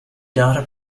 data